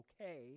okay